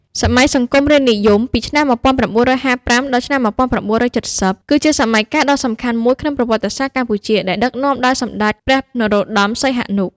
សម័យសង្គមរាស្ត្រនិយម ពីឆ្នាំ១៩៥៥ ដល់ឆ្នាំ១៩៧០ គឺជាសម័យកាលដ៏សំខាន់មួយក្នុងប្រវត្តិសាស្ត្រកម្ពុជា ដែលដឹកនាំដោយសម្ដេចព្រះនរោត្ដម សីហនុ។